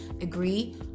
Agree